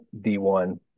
D1